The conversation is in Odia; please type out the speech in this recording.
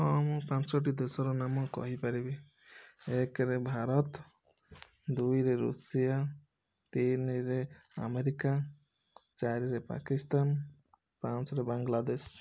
ହଁ ମୁଁ ପାଞ୍ଚଟି ଦେଶର ନାମ କହିପାରିବି ଏକରେ ଭାରତ ଦୁଇରେ ଋଷିଆ ତିନିରେ ଆମେରିକା ଚାରିରେ ପାକିସ୍ତାନ ପାଞ୍ଚରେ ବାଙ୍ଗଲାଦେଶ